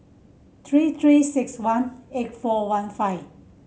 three Three Six One eight four one five